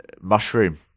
Mushroom